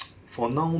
I think